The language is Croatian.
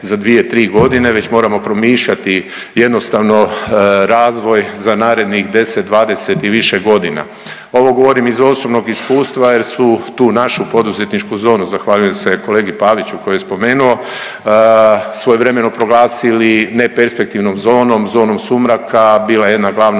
za 2-3 godine već moramo promišljati jednostavno razvoj za narednih 10, 20 i više godina. Ovo govorim iz osobnog iskustva jer su tu našu poduzetničku zonu, zahvaljujem se kolegi Paviću koji ju je spomenuo, svojevremeno proglasili neperspektivnom zonom, zonom sumraka, bila je jedna glavna